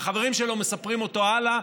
והחברים שלו מספרים אותו הלאה.